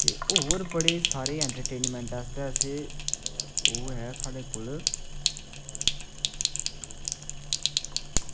ते होर बड़े सारे एंटरटेनमेंट आस्तै अस ओह् ऐ साढ़े कोल